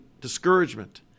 discouragement